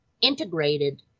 integrated